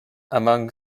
among